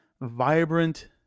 vibrant